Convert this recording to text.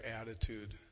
attitude